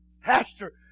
Pastor